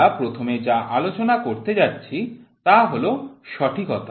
আমরা প্রথমে যা আলোচনা করতে যাচ্ছি তা হল সঠিকতা